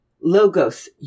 Logos